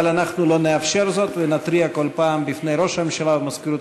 אבל אנחנו לא נאפשר זאת ונתריע כל פעם בפני ראש הממשלה ומזכירות